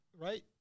right